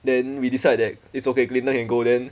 then we decide that it's okay clinton can go then